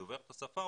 ודובר את השפה,